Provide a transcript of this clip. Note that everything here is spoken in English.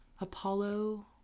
Apollo